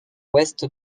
ouest